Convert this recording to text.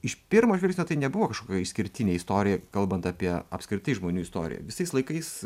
iš pirmo žvilgsnio tai nebuvo kažkokia išskirtinė istorija kalbant apie apskritai žmonių istoriją visais laikais